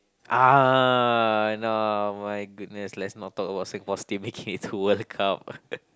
ah no my goodness let's not talk about Singapore's team making it into World Cup